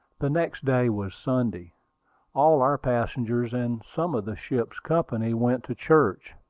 the next day was sunday all our passengers, and some of the ship's company, went to church.